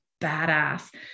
badass